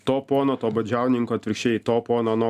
to pono to baudžiauninko atvirkščiai to pono nuo